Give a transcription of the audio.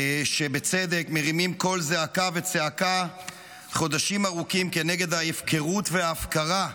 שבצדק מרימים קול זעקה וצעקה חודשים ארוכים כנגד ההפקרות וההפקרה,